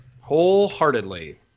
wholeheartedly